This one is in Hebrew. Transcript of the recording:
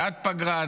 בעד פגרה,